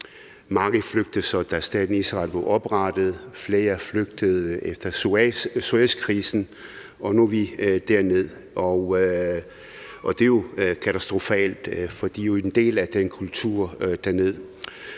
Mange flygtede så, da staten Israel blev oprettet, flere flygtede efter Suezkrisen, og nu er de dernede, og det er jo katastrofalt, fordi de er en del af den kultur dernede.